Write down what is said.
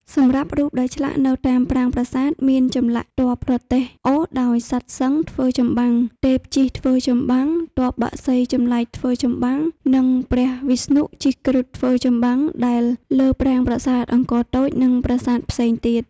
សម្រាប់់រូបដែលឆ្លាក់នៅតាមប្រាង្គប្រាសាទមានចម្លាក់ ទ័ពរទេះអូសដោយសត្វសិង្ហធ្វើចម្បាំង ទេពជិះធ្វើចម្បាំង ទ័ពបក្សីចម្លែកធ្វើចម្បាំង និងព្រះវិស្ណុជិះគ្រុឌធ្វើចម្បាំងដែលលើប្រាង្គប្រាសាទអង្គរតូចនិងប្រាសាទផ្សេងទៀត។